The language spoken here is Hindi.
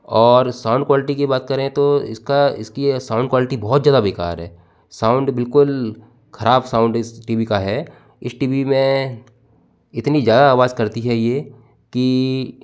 और साउंड क्वालिटी की बात करें तो इसका अ इसकी साउंड क्वालिटी बहुत ज़्यादा बेकार है साउंड बिलकुल खराब साउंड इस टी वी का है इस टी वी में इतनी ज्यादा आवाज करती है ये की